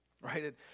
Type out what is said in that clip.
Right